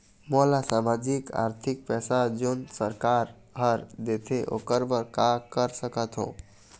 मोला सामाजिक आरथिक पैसा जोन सरकार हर देथे ओकर बर का कर सकत हो?